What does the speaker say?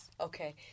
Okay